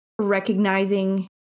recognizing